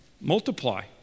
multiply